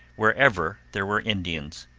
wherever there were indians.